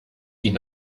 ihn